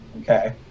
okay